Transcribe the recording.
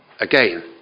again